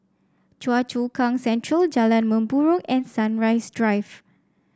Choa Chu Kang Central Jalan Mempurong and Sunrise Drive